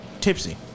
tipsy